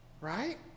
Right